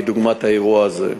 כדוגמת האירוע הזה.